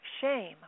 shame